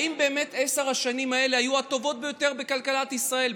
האם באמת עשר השנים האלה היו הטובות ביותר בכלכלת ישראל,